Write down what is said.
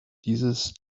dieses